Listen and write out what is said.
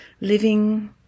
living